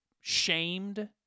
shamed